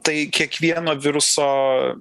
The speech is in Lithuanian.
tai kiekvieno viruso